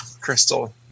crystal